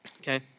Okay